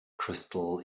crystal